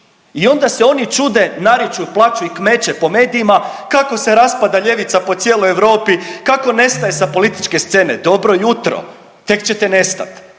I onda se oni čude nariču, plaču i kmeče po medijima kako se raspada ljevica po cijeloj Europi, kako nestaje sa političke scene. Dobro jutro, tek ćete nestat,